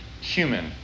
human